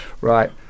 Right